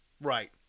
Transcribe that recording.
Right